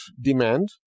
demand